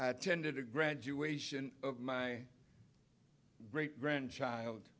attended a graduation of my great grandchild